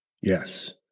Yes